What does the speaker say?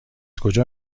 کجا